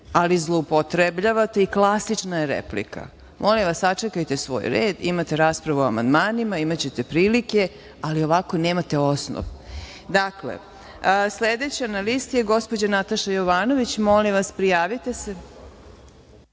ali zloupotrebljavate i klasična je replika. Molim vas, sačekajte svoj red. Imate raspravu o amandmanima, imaćete prilike, ali ovako nemate osnov. Sledeća na listi je gospođa Nataša Jovanović. Molim vas, prijavite se.